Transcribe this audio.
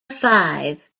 five